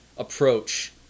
approach